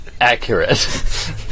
Accurate